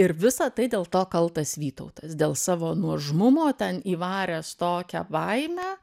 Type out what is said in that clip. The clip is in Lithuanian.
ir visa tai dėl to kaltas vytautas dėl savo nuožmumo ten įvaręs tokią baimę